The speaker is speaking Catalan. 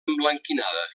emblanquinada